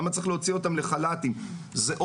למה צריך להוציא אותם לחל"תים?